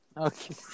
Okay